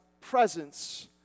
presence